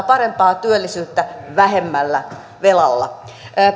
parempaa työllisyyttä vähemmällä velalla